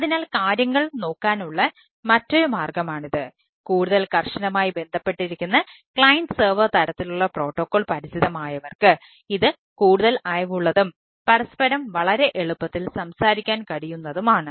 അതിനാൽ കാര്യങ്ങൾ നോക്കാനുള്ള മറ്റൊരു മാർഗ്ഗമാണിത് കൂടുതൽ കർശനമായി ബന്ധപ്പെട്ടിരിക്കുന്ന ക്ലയന്റ് സെർവർ പരിചിതമായവർക്ക് ഇത് കൂടുതൽ അയവുള്ളതും പരസ്പരം വളരെ എളുപ്പത്തിൽ സംസാരിക്കാൻ കഴിയുന്നതുമാണ്